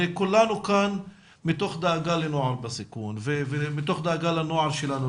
הרי כולנו כאן מתוך דאגה לנוער בסיכון ומתוך דאגה לנוער שלנו,